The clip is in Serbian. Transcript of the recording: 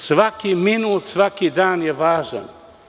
Svaki minut, svaki dan je važan.